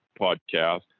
podcast